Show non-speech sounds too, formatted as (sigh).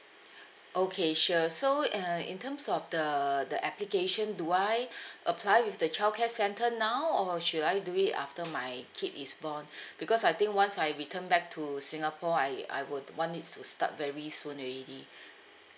(breath) okay sure so uh in terms of the the application do I (breath) apply with the childcare centre now or should I do it after my kid is born (breath) because I think once I return back to singapore I I would want it to start very soon already (breath)